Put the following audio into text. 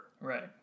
right